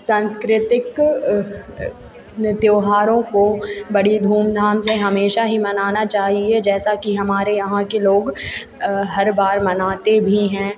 सांस्कृतिक त्यौहारों को बड़ी धूमधाम से हमेशा ही मनाना चाहिए जैसा कि हमारे यहाँ के लोग हर बार मनाते भी हैं